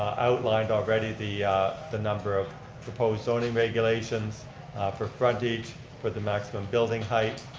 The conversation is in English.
outlined already the the number of proposed zoning regulations for frontage for the maximum building height.